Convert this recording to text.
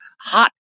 hot